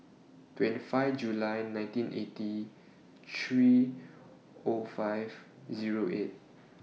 twenty five July nineteen eighty three O five Zero eight